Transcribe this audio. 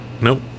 nope